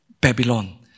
Babylon